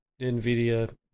NVIDIA